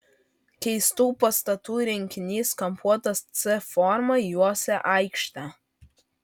keistų pastatų rinkinys kampuotos c forma juosė aikštę